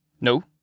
No